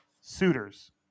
suitors